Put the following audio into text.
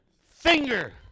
finger